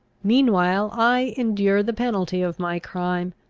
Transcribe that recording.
meanwhile i endure the penalty of my crime.